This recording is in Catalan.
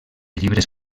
llibres